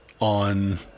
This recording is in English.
on